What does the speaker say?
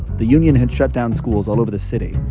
the union had shut down schools all over the city,